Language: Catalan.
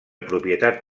propietat